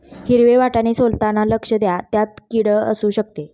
हिरवे वाटाणे सोलताना लक्ष द्या, त्यात किड असु शकते